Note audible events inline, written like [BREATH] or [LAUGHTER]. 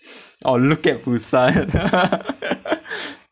[BREATH] or look at busan [LAUGHS]